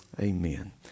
Amen